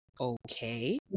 okay